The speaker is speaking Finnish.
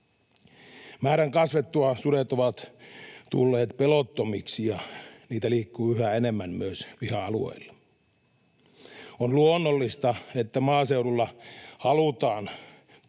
Määrän kasvettua sudet ovat tulleet pelottomiksi, ja niitä liikkuu yhä enemmän myös piha-alueilla. On luonnollista, että maaseudulla halutaan kohtuullistaa